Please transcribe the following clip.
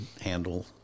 handle